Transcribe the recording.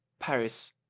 paris,